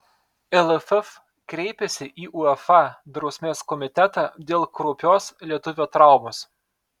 lff kreipėsi į uefa drausmės komitetą dėl kraupios lietuvio traumos